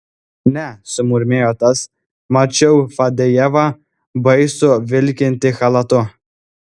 ne sumurmėjo tas mačiau fadejevą baisų vilkintį chalatu